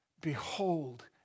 behold